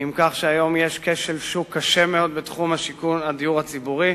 עם זה שהיום יש כשל שוק קשה מאוד בתחום הדיור הציבורי.